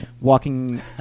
walking